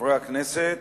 חברי הכנסת,